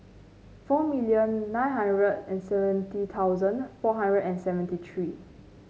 four million nine hundred and seventy thousand four hundred and seventy three